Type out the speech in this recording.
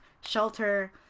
shelter